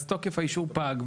אז תוקף האישור פג,